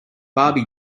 barbie